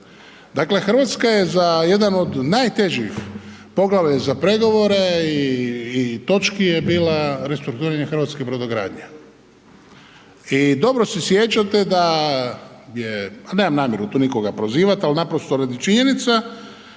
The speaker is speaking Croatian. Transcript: Dakle Hrvatska je za jedna od najtežih poglavlja za pregovore i točki je bila restrukturiranje hrvatske brodogradnje i dobro se sjećate da je, nemam namjeru tu nikoga prozivati ali naprosto radi činjenica,